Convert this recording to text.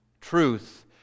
truth